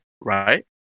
right